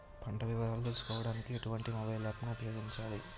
పంట వివరాలు తెలుసుకోడానికి ఎటువంటి మొబైల్ యాప్ ను ఉపయోగించాలి?